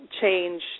change